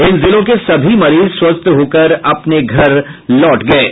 इन जिलों के सभी मरीज स्वस्थ होकर अपने घर लौट गये हैं